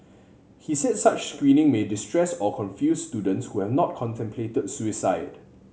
he said such screening may distress or confuse students who have not contemplated suicide